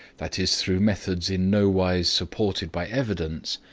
that is through methods in no wise supported by evidence,